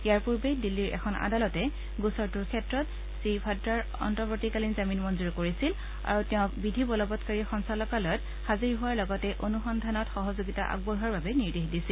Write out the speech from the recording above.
ইয়াৰ পূৰ্বে দিল্লীৰ এখন আদালতে গোচৰটোৰ ক্ষেত্ৰত শ্ৰীৱাদ্ৰাৰ অন্তৱৰ্তীকালীন জামিন মঞ্জুৰ কৰিছিল আৰু তেওঁক বিধি বলবৎকাৰী সঞ্চালকালয়ত হাজিৰ হোৱাৰ লগতে অনুসন্ধানত সহযোগিতা আগবঢ়োৱাৰ বাবে নিৰ্দেশ দিছিল